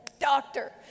Doctor